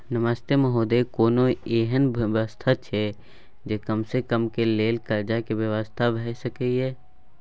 नमस्ते महोदय, कोनो एहन व्यवस्था छै जे से कम के लेल कर्ज के व्यवस्था भ सके ये?